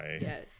yes